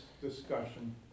discussion